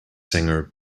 singer